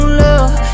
love